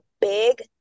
big